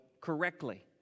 correctly